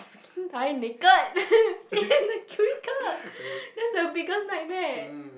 I freaking die naked in the cubicle that's the biggest nightmare